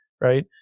right